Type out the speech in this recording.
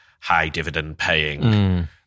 high-dividend-paying